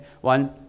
one